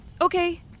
Okay